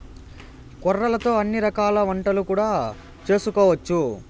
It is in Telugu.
కొర్రలతో అన్ని రకాల వంటలు కూడా చేసుకోవచ్చు